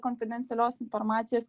konfidencialios informacijos